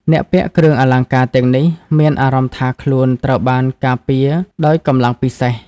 អ្នកពាក់គ្រឿងអលង្ការទាំងនេះមានអារម្មណ៍ថាខ្លួនត្រូវបានការពារដោយកម្លាំងពិសេស។